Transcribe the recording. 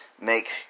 make